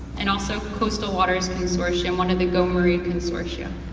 and also coastal waters and consortia, and one of the gomri consortia.